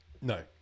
No